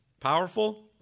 Powerful